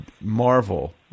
marvel